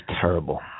terrible